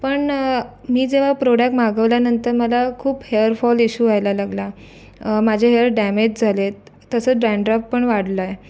पण मी जेव्हा प्रोडक मागवल्यानंतर मला खूप हेअरफॉल इशू व्हायला लागला माझे हेअर डॅमेज झालेत तसं डँड्रफ पण वाढला आहे